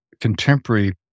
contemporary